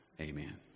Amen